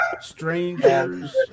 strangers